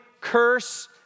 curse